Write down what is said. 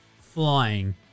flying